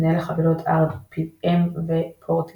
מנהל החבילות RPM ו־Portage.